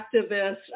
activists